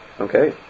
okay